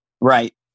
Right